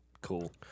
Cool